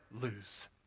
lose